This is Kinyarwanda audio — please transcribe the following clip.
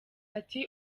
ati